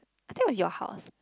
I think it was your house